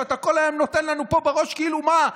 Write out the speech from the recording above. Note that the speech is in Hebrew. אתה כל היום נותן לנו פה בראש, כאילו מה.